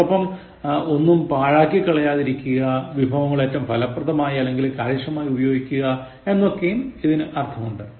അതോടൊപ്പം ഒന്നും പാഴാക്കി കളയാതിരിക്കുക വിഭവങ്ങൾ ഏറ്റം ഫലപ്രദമായി അല്ലെങ്കിൽ കാര്യക്ഷമമായി ഉപയോഗിക്കുക എന്നൊക്കെയും അർത്ഥമുണ്ട്